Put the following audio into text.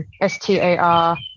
S-T-A-R